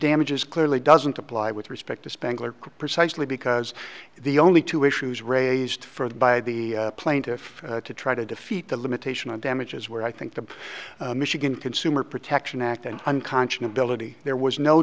damages clearly doesn't apply with respect to spangler precisely because the only two issues raised further by the plaintiff to try to defeat the limitation on damages were i think the michigan consumer protection act and unconscionable there was no